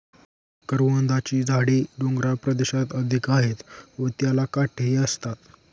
करवंदाची झाडे डोंगराळ प्रदेशात अधिक आहेत व त्याला काटेही असतात